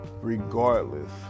regardless